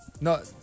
No